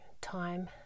time